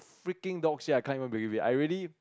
freaking dog shit I can't even believe it I already